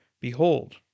behold